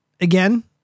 again